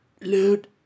loot